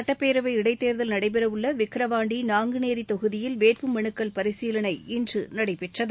சட்டப்பேரவை இடைத்தேர்தல் நடைபெறஉள்ளவிக்ரவாண்டி நாங்குநேரிதொகுதியில் வேட்பு மனுக்கள் பரிசீலனை இன்றுநடைபெற்றது